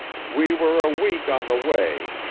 we were a week on the way,